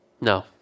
No